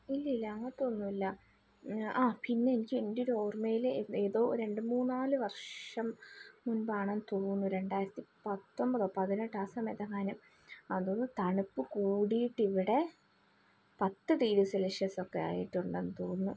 ഇല്ലില്ല അങ്ങനത്തെ ഒന്നുമില്ല ആ പിന്നെയെനിക്ക് എൻ്റെ ഒരു ഓർമയിൽ ഏതോ രണ്ടൂമൂന്നാല് വർഷം മുൻപാണെന്ന് തോന്നുന്നു രണ്ടായിരത്തി പത്തൊൻപതോ പതിനെട്ടോ ആ സമയത്തെങ്ങാനും അതൊരു തണുപ്പ് കൂടീട്ട് ഇവിടെ പത്ത് ഡിഗ്രി സെൽഷ്യസൊക്കെ ആയിട്ടുണ്ടെന്ന് തോന്നുന്നു